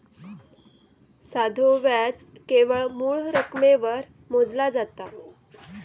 साधो व्याज केवळ मूळ रकमेवर मोजला जाता